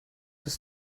das